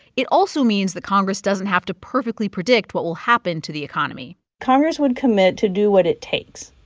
it also means that congress doesn't have to perfectly predict what will happen to the economy congress would commit to do what it takes.